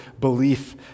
belief